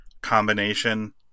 combination